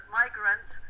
migrants